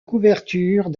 couverture